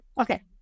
Okay